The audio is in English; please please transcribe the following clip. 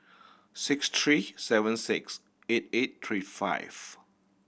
six three seven six eight eight three five